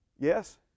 Yes